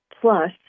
plus